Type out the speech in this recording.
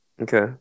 okay